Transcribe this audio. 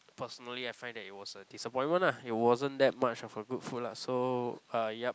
personally I find that it was a disappointment lah it wasn't that much of a good food lah so uh yup